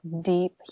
deep